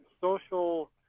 social